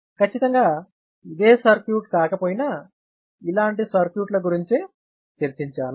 ఖచ్చితంగా ఇదే సర్క్యూట్ కాకపోయినా ఇలాంటి సర్క్యూట్ల గురించే చర్చించాను